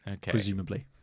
presumably